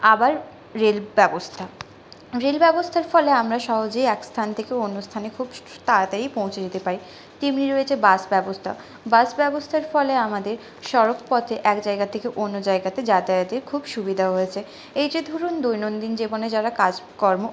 আবার রেল ব্যবস্থা রেল ব্যবস্থার ফলে আমরা সহজেই এক স্থান থেকে অন্য স্থানে খুব তাড়াতাড়ি পৌঁছে যেতে পারি তেমনি রয়েছে বাস ব্যবস্থা বাস ব্যবস্থার ফলে আমাদের সড়কপথে এক জায়গা থেকে অন্য জায়গাতে যাতায়াতের খুব সুবিধা হয়েছে এই যে ধরুন দৈনন্দিন জীবনে যারা কাজকর্ম